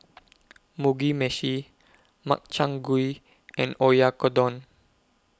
Mugi Meshi Makchang Gui and Oyakodon